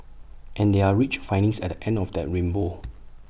and there are rich findings at the end of that rainbow